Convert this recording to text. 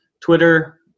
twitter